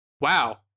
wow